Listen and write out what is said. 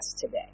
today